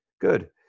Good